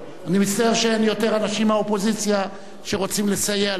אני מצטער שאין יותר אנשים מהאופוזיציה שרוצים לסייע לכם.